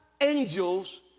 angels